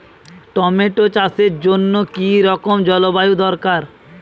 Tomato চাষের জন্য কি রকম জলবায়ু দরকার?